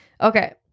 Okay